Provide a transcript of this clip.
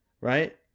right